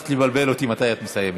הצלחת לבלבל אותי מתי את מסיימת.